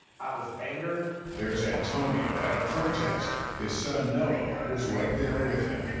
was angered. there's antonio at a protest. his son noah was right there with him.